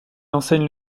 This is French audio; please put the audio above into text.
enseigne